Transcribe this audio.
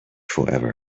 forever